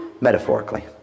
Metaphorically